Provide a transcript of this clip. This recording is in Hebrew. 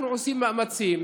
אנחנו עושים מאמצים,